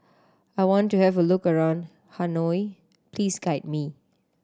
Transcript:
I want to have a look around Hanoi please guide me